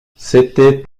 c’était